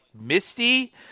misty